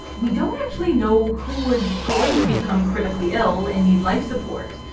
we don't actually know who is going to become critically ill and need life support.